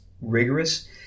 rigorous